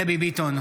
דבי ביטון,